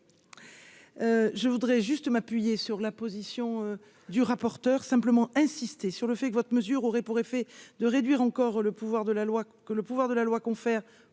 Je voudrais juste m'appuyer sur la position du rapporteur simplement insister sur le fait que votre mesure aurait pour effet de réduire encore le pouvoir de la loi que le pouvoir de la loi confère